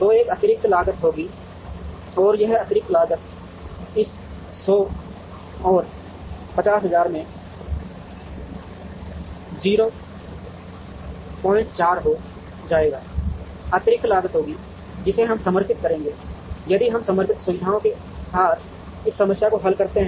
तो एक अतिरिक्त लागत होगी और यह अतिरिक्त लागत इस 100 और 50000 में 04 हो जाएगी अतिरिक्त लागत होगी जिसे हम समर्पित करेंगे यदि हम समर्पित सुविधाओं के साथ इस समस्या को हल करते हैं